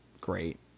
great